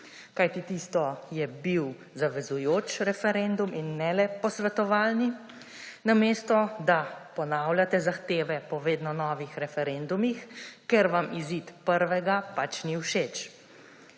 kajti tisto je bil zavezujoč referendum in ne le posvetovalni, namesto da ponavljate zahteve po vedno novih referendumih, ker vam izid prvega pač ni všeč.